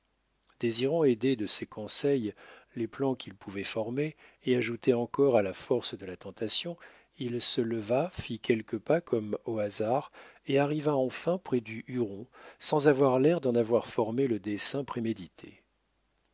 désirant aider de ses conseils les plans qu'il pouvait former et ajouter encore à la force de la tentation il se leva fit quelques pas comme au hasard et arriva enfin près du huron sans avoir l'air d'en avoir formé le dessein prémédité